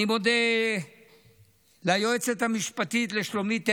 אני מודה ליועצת המשפטית שלומית ארליך,